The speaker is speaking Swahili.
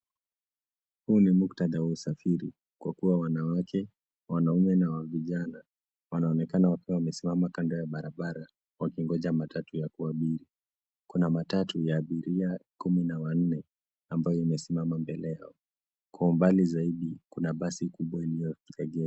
Huu ni muktadha wa usafiri, kwa kua wanawake, wanaume, na vijana wanaonekana kua wamesimama kando ya barabara, wakingoja matatu ya kuabiri. Kuna matatu ya abiria kumi na wanne, ambayo imesimama mbele yao. Kwa umbali zaidia, kuna basi kubwa iliyoegeshwa.